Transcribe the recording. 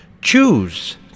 choose